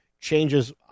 changes